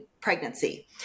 pregnancy